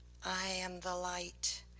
i am the light.